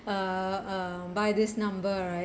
uh uh buy this number right